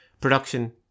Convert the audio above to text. production